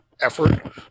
effort